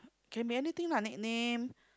can be anything lah nick name